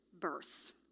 birth